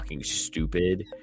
stupid